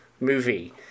movie